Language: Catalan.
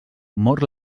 mor